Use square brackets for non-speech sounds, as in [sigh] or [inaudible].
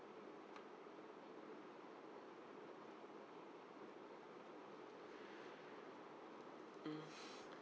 mm [breath]